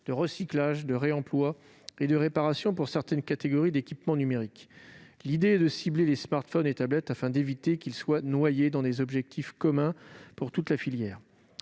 de recyclage, de réemploi et de réparation pour certaines catégories d'équipements numériques. L'idée est de cibler les smartphones et tablettes, afin d'éviter qu'ils ne soient noyés dans des objectifs communs pour toute la filière.